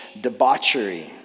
debauchery